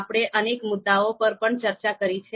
આપણે અનેક મુદ્દાઓ પર પણ ચર્ચા કરી છે